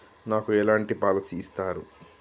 నాకు ఎలాంటి పాలసీ ఇస్తారు?